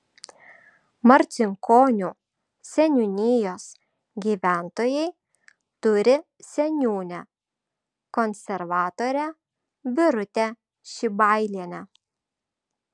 marcinkonių seniūnijos gyventojai turi seniūnę konservatorę birutę šibailienę